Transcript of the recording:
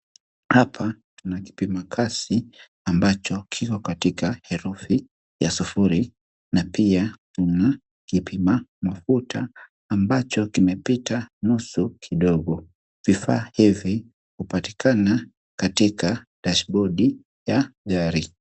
Hapa tuna kipima kasi ambacho kiko katika herufi ya sufuri na pia ni kipima mafuta ambacho kimepita nusu kidogo. Vifaa hivi hupatikana katika dashboard ya gari.